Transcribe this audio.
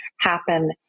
happen